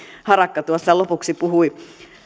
harakka tuossa lopuksi puhui